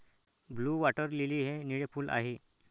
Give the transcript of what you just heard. blue water lily हे निळे फूल आहे